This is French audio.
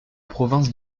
province